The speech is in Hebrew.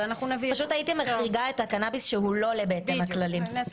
הייתי מחריגה את הקנאביס שהוא לא בהתאם לכללים.